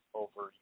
over